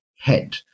head